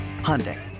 Hyundai